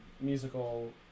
musical